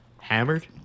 Hammered